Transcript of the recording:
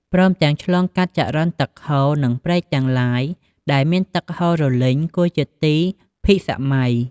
ព្រមទាំងឆ្លងកាត់ចរន្តទឹកហូរ និងព្រែកទាំងឡាយ ដែលមាន ទឹកហូររលេញគួរជា ទីភិសម័យ។